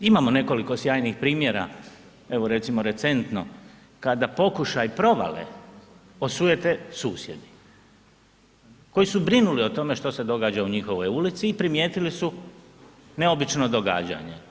Imamo nekoliko sjajnih primjera, evo recimo, recentno, kada pokušaj provale osujete susjedi koji su brinuli o tome što se događa u njihovoj ulici i primijetili su neobično događanje.